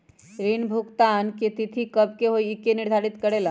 ऋण भुगतान की तिथि कव के होई इ के निर्धारित करेला?